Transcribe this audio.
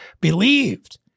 believed